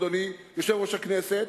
אדוני יושב-ראש הכנסת,